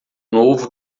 novo